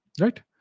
Right